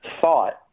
thought